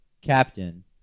captain